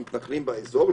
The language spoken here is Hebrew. של המתנחלים באזור,